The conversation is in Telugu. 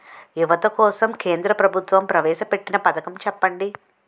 యువత కోసం కేంద్ర ప్రభుత్వం ప్రవేశ పెట్టిన పథకం చెప్పండి?